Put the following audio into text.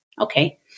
Okay